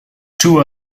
too